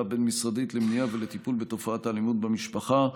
הבין-משרדית למניעה ולטיפול בתופעת האלימות במשפחה,